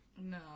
No